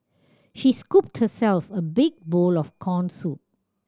she scooped herself a big bowl of corn soup